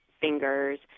fingers